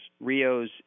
RIOs